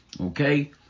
Okay